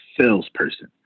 salesperson